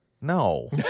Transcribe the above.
No